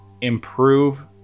improve